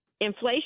Inflation